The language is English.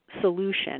Solution